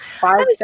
five